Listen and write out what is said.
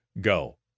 go